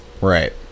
Right